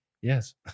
Yes